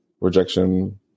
Rejection